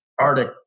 Arctic